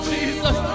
Jesus